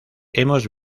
hemos